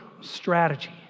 strategy